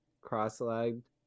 cross-legged